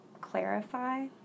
clarify